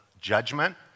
judgment